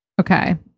Okay